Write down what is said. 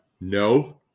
No